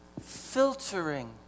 filtering